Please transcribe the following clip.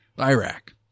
Iraq